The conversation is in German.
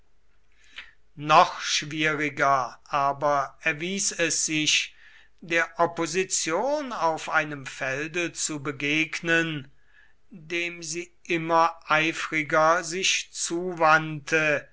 noch schwieriger aber erwies es sich der opposition auf einem felde zu begegnen dem sie immer eifriger sich zuwandte